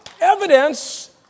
evidence